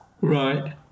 Right